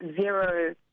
zero